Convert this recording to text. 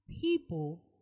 people